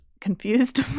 confused